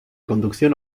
conducción